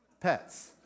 pets